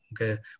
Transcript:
Okay